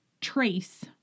trace